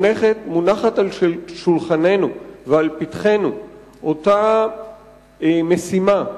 מונחת על שולחננו ולפתחנו אותה משימה,